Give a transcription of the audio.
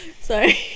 Sorry